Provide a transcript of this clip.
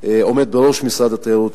ועומד בראש משרד התיירות,